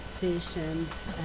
patients